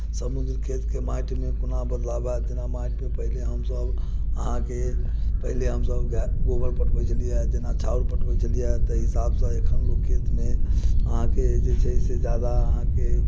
समूल खेतके माटिमे कोना बदलाव आओत कोना माटिसँ पहिले हमसभ अहाँके पहिले हमसभ गोबर पटबैत छलियैए जेना छाउर पटबैत छलियैए ताहि हिसाबसँ एखन लोक खेतमे अहाँके जे छै से ज्यादा अहाँके